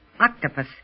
octopus